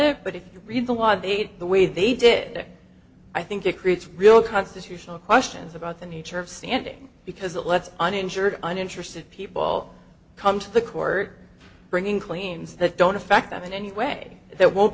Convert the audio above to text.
it but if you read the watergate the way they did it i think it creates real constitutional questions about the nature of standing because it lets an injured and interested people come to the court bringing claims that don't affect them in any way there won't